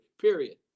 period